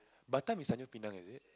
Batam is until Penang is it